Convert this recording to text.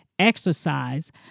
exercise